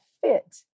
fit